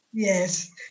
Yes